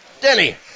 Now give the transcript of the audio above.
Denny